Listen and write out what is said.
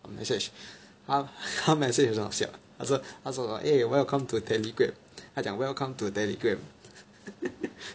the message 他他 message 很好笑他说他说什么 eh welcome to Telegram 他讲 welcome to Telegram